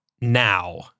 now